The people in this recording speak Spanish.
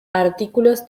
artículos